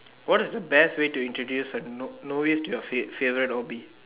what is the best way to introduce a no~ novice to your fav~ favorite hobby